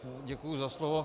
Děkuji za slovo.